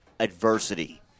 adversity